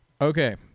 Okay